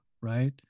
right